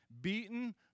beaten